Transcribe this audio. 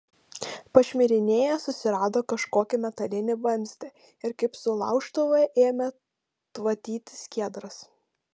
pašmirinėjęs susirado kažkokį metalinį vamzdį ir kaip su laužtuvu ėmė tvatyti skiedras